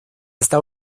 está